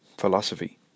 philosophy